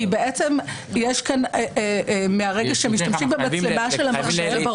כי מרגע שמשתמשים במצלמה של המחשב --- ברשותך,